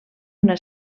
una